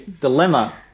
dilemma